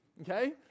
okay